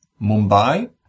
Mumbai